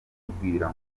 tubwira